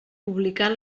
publicar